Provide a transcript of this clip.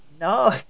No